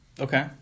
Okay